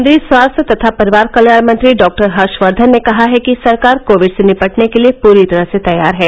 केन्द्रीय स्वास्थ्य तथा परिवार कल्याण मंत्री डॉक्टर हर्षवर्धन ने कहा है कि सरकार कोविड से निपटने के लिए पूरी तरह से तैयार है